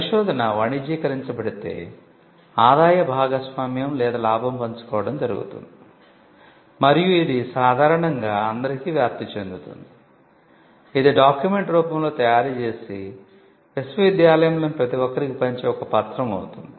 పరిశోధన వాణిజ్యీకరించబడితే ఆదాయ భాగస్వామ్యం లేదా లాభం పంచుకోవడం జరుగుతుంది మరియు ఇది సాధారణంగా అందరికి వ్యాప్తి చెందుతుంది ఇది డాక్యుమెంట్ రూపంలో తయారు చేసి విశ్వవిద్యాలయంలోని ప్రతిఒక్కరికీ పంచే ఒక పత్రం అవుతుంది